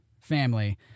family